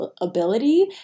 ability